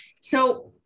So-